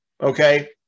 okay